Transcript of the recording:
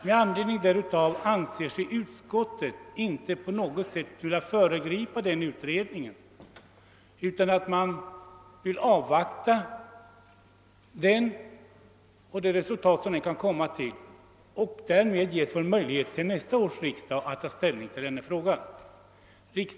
Med anledning därav anser sig utskottet inte på något sätt vilja föregripa utredningen, utan föredrar att avvakta dess resultat. Nästa års riksdag skulle därigenom få möj lighet att ta ställning till den här frågan.